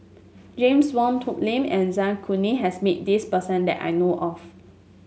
James Wong Tuck Yim and Zai Kuning has met this person that I know of